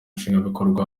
nshingwabikorwa